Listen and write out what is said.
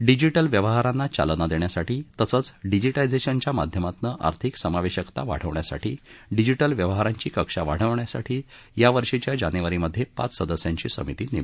digital व्यवहारांना चालना देण्यासाठी तसंच डिजिटायझेशनच्या माध्यमातनं आर्थिक समावेशकता वाढवण्यासाठी डिजिटल व्यवहारांची कक्षा वाढवण्यासाठी या वर्षींच्या जानेवारीमध्ये पाच सदस्यांची समिती नेमली होती